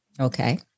Okay